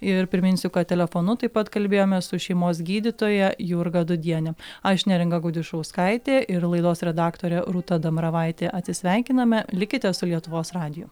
ir priminsiu kad telefonu taip pat kalbėjomės su šeimos gydytoja jurga dūdiene aš neringa gudišauskaitė ir laidos redaktorė rūta dambravaitė atsisveikiname likite su lietuvos radiju